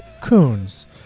Coons